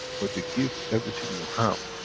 but you give everything you have,